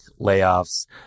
layoffs